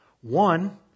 One